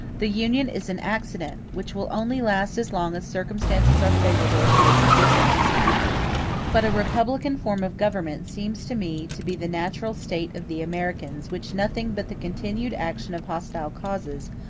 the union is an accident, which will only last as long as circumstances are favorable to its existence but a republican form of government seems to me to be the natural state of the americans which nothing but the continued action of hostile causes,